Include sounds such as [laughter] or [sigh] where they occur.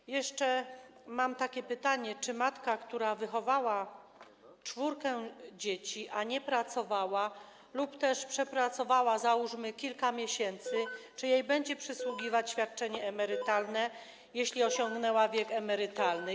Mam jeszcze takie pytanie: Czy matce, która wychowała czwórkę dzieci, ale nie pracowała lub też przepracowała, załóżmy, kilka miesięcy, [noise] będzie przysługiwać świadczenie emerytalne, jeśli osiągnie wiek emerytalny?